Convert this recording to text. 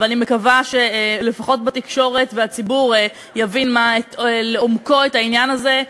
ואני מקווה שלפחות בתקשורת ובציבור יבינו לעומקו את העניין הזה,